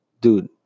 Dude